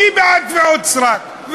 מי בעד תביעות סרק?